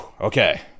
okay